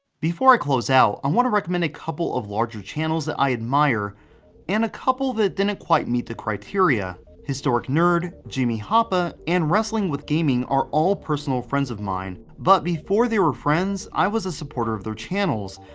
before i close out i want to also recommend a couple of larger channels that i admire and a couple that didn't quite meet the criteria. historicnerd jimmy hapa and wrestling with gaming are all personal friends of mine, but before they were friends i was a supporter of their channels.